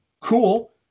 Cool